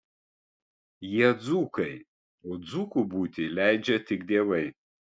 jie dzūkai o dzūku būti leidžia tik dievai